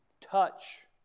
touch